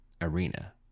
arena